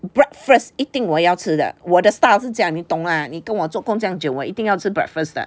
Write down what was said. breakfast 一定我要吃的我的 style 是这样你懂啊你跟我做工这样久我一定要吃 breakfast 的